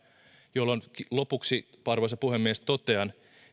lopuksi arvoisa puhemies totean